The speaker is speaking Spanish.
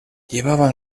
llevaban